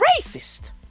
racist